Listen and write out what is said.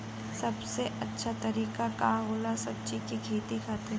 सबसे अच्छा तरीका का होला सब्जी के खेती खातिर?